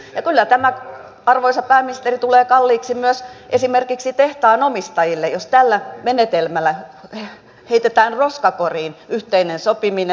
ja kyllä tämä arvoisa pääministeri tulee kalliiksi myös esimerkiksi tehtaanomistajille jos tällä menetelmällä heitetään roskakoriin yhteinen sopiminen